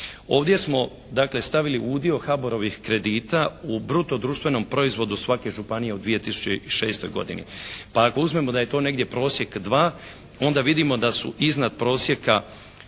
Ovdje smo dakle stavili udio HABOR-ovih kredita u bruto društvenom proizvodu svake županije u 2006. godini. Pa ako uzmemo da je to negdje prosjek 2 onda vidimo da su iznad prosjeka